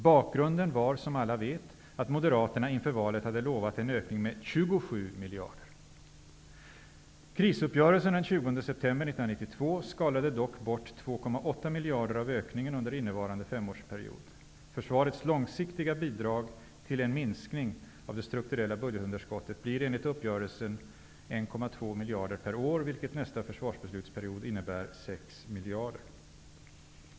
Bakgrunden var, som alla vet, att Moderaterna inför valet hade lovat en ökning med Krisuppgörelsen den 20 september 1992 skalade dock bort 2,8 miljader av ökningen under innevarande femårsperiod. Försvarets långsiktiga bidrag till en minskning av det strukturella budgetunderskottet blir enligt uppgörelsen 1,2 miljarder per år, vilket innebär 6 miljarder för nästa försvarsbeslutsperiod.